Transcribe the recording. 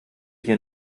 hier